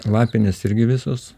lapinės irgi visos